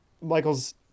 Michael's